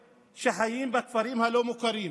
בנגב,